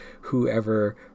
whoever